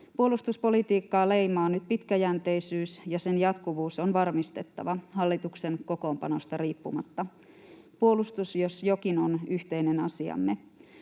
Puolustuspolitiikkaa leimaa nyt pitkäjänteisyys, ja sen jatkuvuus on varmistettava hallituksen kokoonpanosta riippumatta. Puolustus jos jokin on yhteinen asiamme.